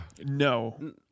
No